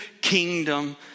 kingdom